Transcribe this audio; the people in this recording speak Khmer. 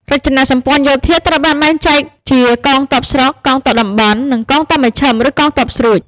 រចនាសម្ព័ន្ធយោធាត្រូវបានបែងចែកជា កងទ័ពស្រុក កងទ័ពតំបន់ និងកងទ័ពមជ្ឈិម (ឬ កងទ័ពស្រួច)។